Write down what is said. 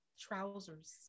Trousers